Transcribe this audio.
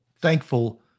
thankful